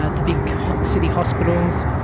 ah the big city hospitals,